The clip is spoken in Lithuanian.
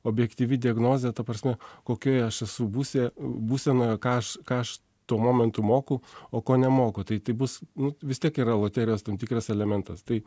objektyvi diagnozė ta prasme kokioje aš esu būse būsenoje ką aš ką aš tuo momentu moku o ko nemoku tai tai bus nu vis tiek yra loterijos tam tikras elementas tai